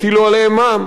הטילו עליהם מע"מ.